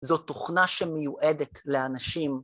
זאת תוכנה שמיועדת לאנשים